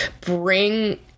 bring